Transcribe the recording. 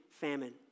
famine